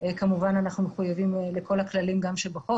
כמובן אנחנו מחויבים גם לכל הכללים שבחוק